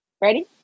ready